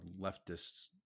leftists